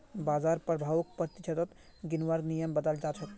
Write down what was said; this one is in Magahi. बाजार प्रभाउक प्रतिशतत गिनवार नियम बताल जा छेक